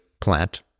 plant